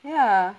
ya